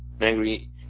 angry